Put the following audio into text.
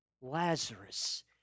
Lazarus